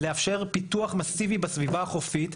לאפשר פיתוח מסיבי בסביבה החופית,